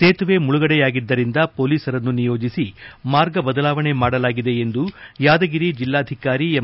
ಸೇತುವೆ ಮುಳುಗಡೆಯಾಗಿದ್ದರಿಂದ ಹೊಲೀಸರನ್ನು ನಿಯೋಜಿಸಿ ಮಾರ್ಗ ಬದಲಾವಣೆ ಮಾಡಲಾಗಿದೆ ಎಂದು ಯಾದಗಿರಿ ಜಿಲ್ಲಾಧಿಕಾರಿ ಎಂ